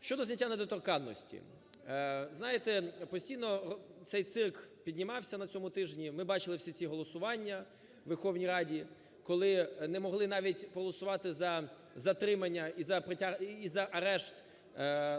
Щодо зняття недоторканності. Знаєте, постійно цей цирк піднімався на цьому тижні, ми бачили всі ці голосування у Верховній Раді, коли не могли навіть голосувати за затримання і за арешт